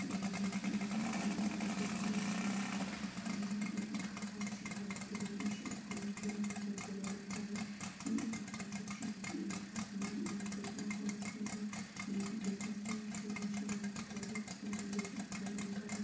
dairy چھِ farm وام چھُ اسہِ میٖٹ میلان یا گاو چھِ دۄدھ دِوان یہِ چھِ اسہِ کوٚمنِٹی واریاہ زیادٕ ضروٗرَت لَگَان مطلب ییٚتہِ چھُ یَتھ ایریا ہَس مےٚ أنٛدۍ پٔکۍ ماحولَس منٛز یِم یِم بِزنیٚسمین چھِ یِم چھِ واریاہ فٲیدٕ اَتھ تُلان بیٚیہِ چھِ اَتھ کٲم کَران